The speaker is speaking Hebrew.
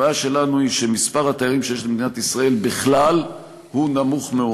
הבעיה שלנו היא שמספר התיירים שיש למדינת ישראל בכלל הוא נמוך מאוד.